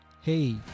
hey